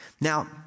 Now